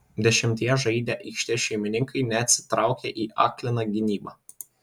dešimtyje žaidę aikštės šeimininkai neatsitraukė į akliną gynybą